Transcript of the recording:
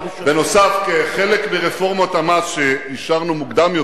בנוסף, כחלק מרפורמת המס שאישרנו מוקדם יותר,